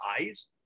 eyes